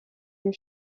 your